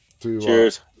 cheers